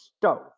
stove